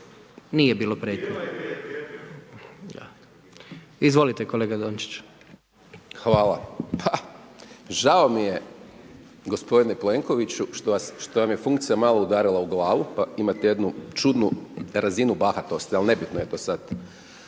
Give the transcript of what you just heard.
Dončić. **Hajdaš Dončić, Siniša (SDP)** Hvala. Pa žao mi je gospodine Plenkoviću što vam je funkcija malo udarila u glavu pa imate jednu čudnu razinu bahatosti ali nebitno je to sad.